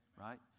right